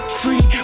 free